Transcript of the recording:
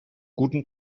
guten